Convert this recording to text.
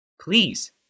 Please